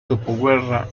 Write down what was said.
dopoguerra